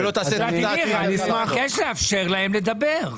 ולדימיר, אני מבקש לאפשר להם לדבר.